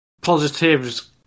positives